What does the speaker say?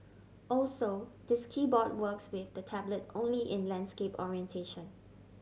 also this keyboard works with the tablet only in landscape orientation